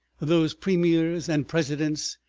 those premiers and presidents,